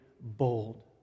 bold